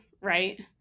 right